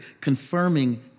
confirming